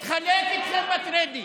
לחלוק איתכם את הקרדיט,